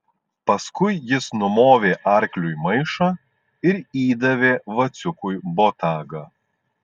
paskui jis numovė arkliui maišą ir įdavė vaciukui botagą